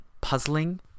puzzling